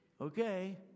Okay